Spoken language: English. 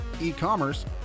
e-commerce